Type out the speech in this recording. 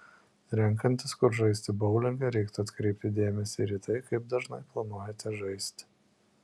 renkantis kur žaisti boulingą reikėtų atkreipti dėmesį ir į tai kaip dažnai planuojate žaisti